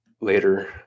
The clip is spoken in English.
later